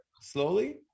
slowly